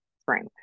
spring